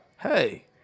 hey